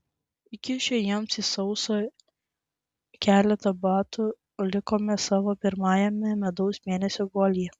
įkišę jiems į saują keletą batų likome savo pirmajame medaus mėnesio guolyje